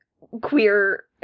queer